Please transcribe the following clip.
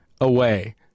away